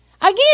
Again